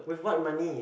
with what money